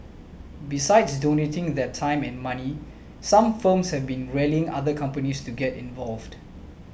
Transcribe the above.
besides donating their time and money some firms have been rallying other companies to get involved